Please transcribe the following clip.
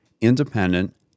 independent